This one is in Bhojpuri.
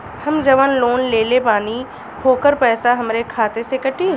हम जवन लोन लेले बानी होकर पैसा हमरे खाते से कटी?